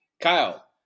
Kyle